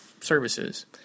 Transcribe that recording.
services